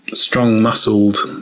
strong-muscled